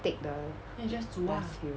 take the last fill